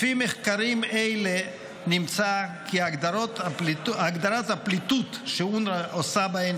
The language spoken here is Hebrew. לפי מחקרים אלה נמצא כי הגדרות הפליטות שאונר"א עושה בהן